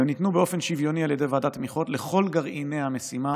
והן ניתנו באופן שוויוני על ידי ועדת תמיכות לכל גרעיני המשימה